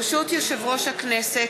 ברשות יושב-ראש הכנסת,